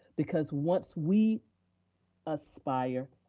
because once we aspire,